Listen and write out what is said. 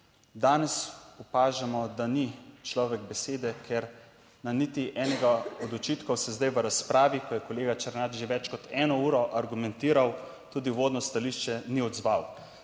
Danes opažamo, da ni človek besede, ker na niti enega od očitkov se zdaj v razpravi, ko je kolega Černač že več kot 1 uro argumentiral tudi uvodno stališče, ni odzval,